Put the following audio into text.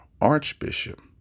Archbishop